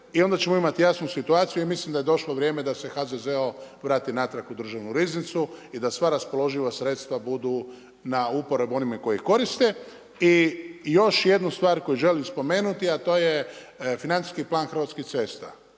I onda ćemo imati jasnu situaciju i mislim da je došlo vrijeme da se HZZO vrati natrag u državnu riznicu, i da sva raspoloživa sredstva budu na uporabu onih koji ih koriste. I još jednu stvar koju želim spomenuti, a to je financijski plan Hrvatskih cesta.